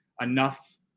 enough